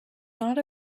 not